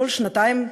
כל שנתיים,